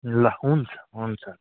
ल हुन्छ हुन्छ